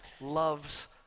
loves